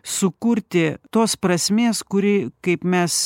sukurti tos prasmės kuri kaip mes